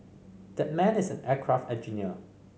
that man is an aircraft engineer